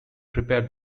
prepare